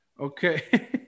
Okay